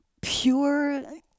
pure